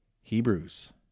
Hebrews